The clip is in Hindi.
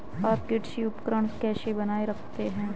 आप कृषि उपकरण कैसे बनाए रखते हैं?